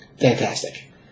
Fantastic